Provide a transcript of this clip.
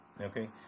okay